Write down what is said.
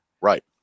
Right